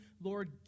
Lord